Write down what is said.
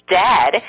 dead